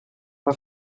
pas